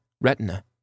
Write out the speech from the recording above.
retina